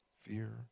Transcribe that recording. Fear